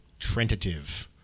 Trentative